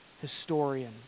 historian